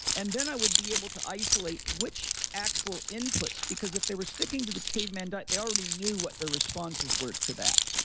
and then i would be able to isolate which actual inputs, because if they were sticking to the caveman diet, they already knew what their responses were to that.